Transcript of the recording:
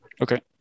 Okay